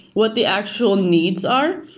what the actual needs are.